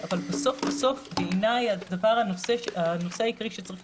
אבל בסוף בסוף בעיני הנושא העיקרי שצריך